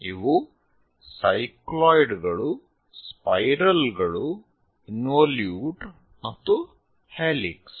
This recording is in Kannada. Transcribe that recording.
ಇವು ಸೈಕ್ಲಾಯ್ಡ್ ಗಳು ಸ್ಪೈರಲ್ ಗಳು ಇನ್ವೊಲ್ಯೂಟ್ ಮತ್ತು ಹೆಲಿಕ್ಸ್